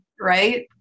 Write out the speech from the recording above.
right